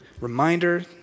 reminder